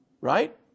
Right